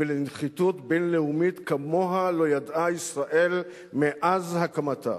ולנחיתות בין-לאומית שכמוה לא ידעה ישראל מאז הקמתה.